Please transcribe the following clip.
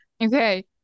Okay